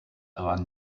war